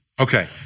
Okay